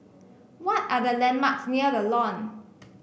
what are the landmarks near The Lawn